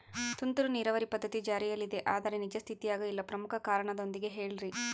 ತುಂತುರು ನೇರಾವರಿ ಪದ್ಧತಿ ಜಾರಿಯಲ್ಲಿದೆ ಆದರೆ ನಿಜ ಸ್ಥಿತಿಯಾಗ ಇಲ್ಲ ಪ್ರಮುಖ ಕಾರಣದೊಂದಿಗೆ ಹೇಳ್ರಿ?